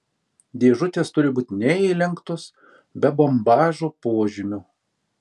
dėžutės turi būti neįlenktos be bombažo požymių